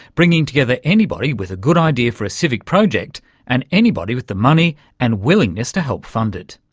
bringing together anybody with a good idea for a civic project and anybody with the money and willingness to help fund it.